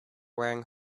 wearing